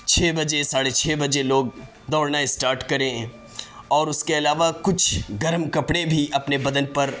چھ بجے ساڑھے چھ بجے لوگ دوڑنا اسٹاٹ کریں اور اس کے علاوہ کچھ گرم کپڑے بھی اپنے بدن پر